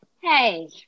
Hey